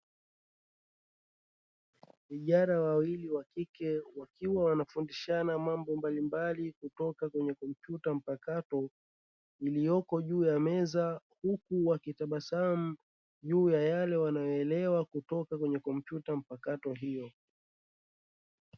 Vijana wawili wa kike wakiwa wanafundishana mambo mbalimbali kutoka kwenye kompyuta mpakato iliyoko juu ya meza, huku wakitabasamu juu ya yale wanayoyaelewa kutoka kwenye kompyuta mpakato hiyo.